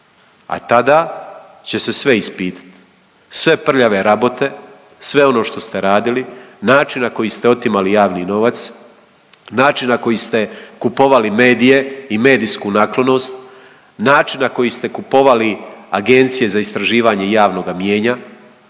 a tada će se sve ispitati, sve prljave rabote, sve ono što ste radili, način na koji ste otimali javni novac, način na koji ste kupovali medije i medijsku naklonost, način na koji ste kupovali agencije za istraživanje javnoga mijenja.